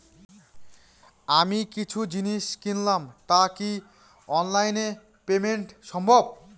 আমি কিছু জিনিস কিনলাম টা কি অনলাইন এ পেমেন্ট সম্বভ?